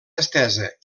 estesa